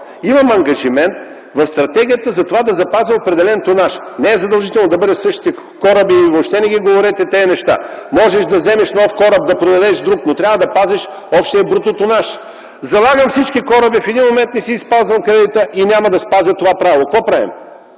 Имам ангажимент в стратегията за това да запазя определен тонаж. (Реплики от ГЕРБ.) Не е задължително да бъдат същите кораби. Въобще не ги говорете тези неща. Можеш да вземеш нов кораб, да продадеш друг, но трябва да спазиш общия бруто тонаж. Залагам всички кораби, в един момент не си спазвам кредита и няма да спазя това право. Какво правим?